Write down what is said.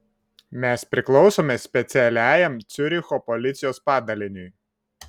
mes priklausome specialiajam ciuricho policijos padaliniui